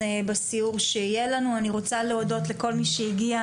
אני רוצה להודות לכל מי שהגיע,